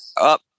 up